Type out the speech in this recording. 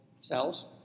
cells